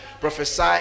prophesy